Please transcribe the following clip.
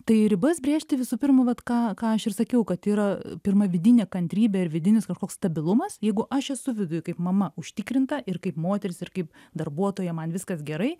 tai ribas brėžti visų pirma vat ką ką aš ir sakiau kad yra pirma vidinė kantrybė ir vidinis kažkoks stabilumas jeigu aš esu viduj kaip mama užtikrinta ir kaip moteris ir kaip darbuotoja man viskas gerai